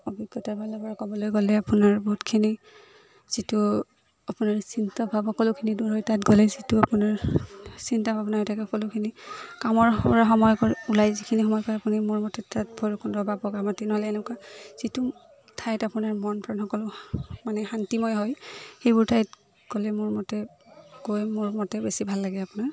অভিজ্ঞতা ফালৰ পৰা ক'বলৈ গ'লে আপোনাৰ বহুতখিনি যিটো আপোনাৰ চিন্তাভাৱ সকলোখিনি দূৰ হয় তাত গ'লে যিটো আপোনাৰ চিন্তা ভাৱনা হৈ থাকে সকলোখিনি কামৰ পৰা সময় ওলাই যিখিনি সময় পাই আপুনি মোৰ মতে তাত ভৈৰৱকুণ্ড বা বগামাটি নহ'লে এনেকুৱা যিটো ঠাইত আপোনাৰ মন প্ৰাণ সকলো মানে শান্তিময় হয় সেইবোৰ ঠাইত গ'লে মোৰ মতে গৈ মোৰ মতে বেছি ভাল লাগে আপোনাৰ